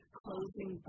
closing